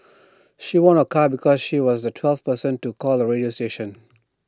she won A car because she was the twelfth person to call the radio station